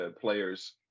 player's